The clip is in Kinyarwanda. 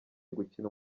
gukina